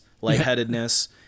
lightheadedness